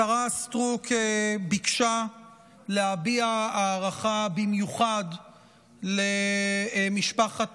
השרה סטרוק ביקשה להביע הערכה במיוחד למשפחת